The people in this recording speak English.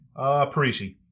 Parisi